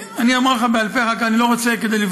אני אומר לך אחר כך בעל פה, אני לא רוצה לפגוע.